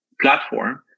platform